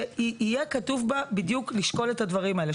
שיהיה כתוב בה בדיוק לשקול את הדברים האלה,